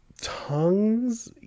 tongues